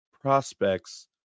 prospects